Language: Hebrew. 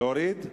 להוריד?